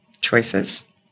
choices